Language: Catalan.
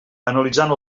analitzant